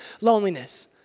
loneliness